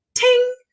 ting